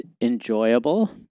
enjoyable